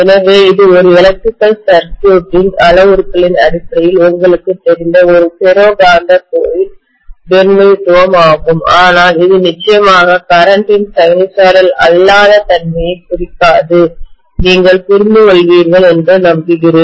எனவே இது எலக்ட்ரிக்கல்சர்க்யூட் இன் அளவுருக்களின் அடிப்படையில் உங்களுக்குத் தெரிந்த ஒரு ஃபெரோ காந்த கோரின் பிரதிநிதித்துவம் ஆகும் ஆனால் இது நிச்சயமாக கரண்ட் இன் சைனூசாய்டல் அல்லாத தன்மையைக் குறிக்காது நீங்கள் புரிந்துகொள்வீர்கள் என்று நம்புகிறேன்